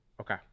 okay